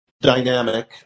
dynamic